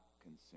consumed